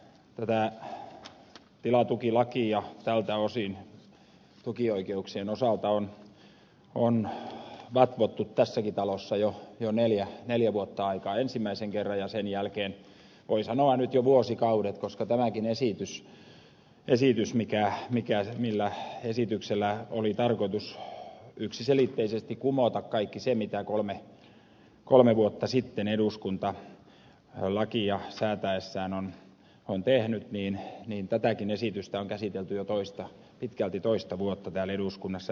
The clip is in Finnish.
tätä tilatukilakia tältä osin tukioikeuksien osalta on vatvottu tässäkin talossa jo neljä vuotta sitten ensimmäisen kerran ja sen jälkeen voi sanoa nyt jo vuosikaudet koska tätäkin esitystä jolla oli tarkoitus yksiselitteisesti kumota kaikki se mitä kolme vuotta sitten eduskunta lakia säätäessään oli tehnyt on käsitelty jo pitkälti toista vuotta täällä eduskunnassa